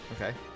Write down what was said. Okay